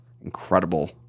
incredible